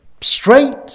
straight